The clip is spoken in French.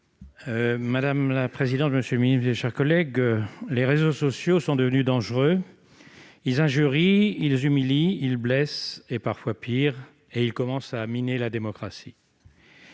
: La parole est à M. Claude Malhuret. Mes chers collègues, les réseaux sociaux sont devenus dangereux ; ils injurient, ils humilient, ils blessent, et parfois pire. Ils commencent à miner la démocratie.